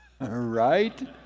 Right